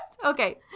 Okay